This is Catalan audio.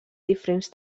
diferents